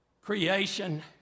creation